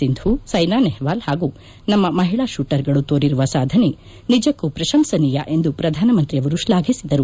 ಸಿಂಧು ಸೈನಾ ನೆಹ್ವಾಲ್ ಹಾಗೂ ನಮ್ಮ ಮಹಿಳಾ ಶೂಣರ್ಗಳು ತೋರಿರುವ ಸಾಧನೆ ನಿಜಕ್ಕೂ ಪ್ರಶಂಸನೀಯ ಎಂದು ಪ್ರಧಾನಮಂತ್ರಿ ಶ್ಲಾಘಿಸಿದರು